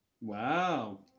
Wow